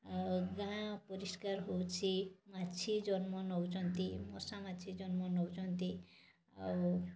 ଆଉ ଗାଁ ଅପରିଷ୍କାର ହେଉଛି ମାଛି ଜନ୍ମ ନେଉଛନ୍ତି ମଶା ମାଛି ଜନ୍ମ ନେଉଛନ୍ତି ଆଉ